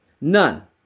None